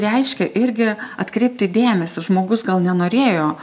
reiškia irgi atkreipti dėmesį žmogus gal nenorėjo